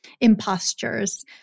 impostures